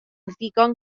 ddigon